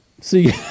See